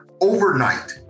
overnight